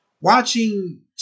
watching